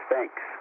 Thanks